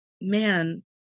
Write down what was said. man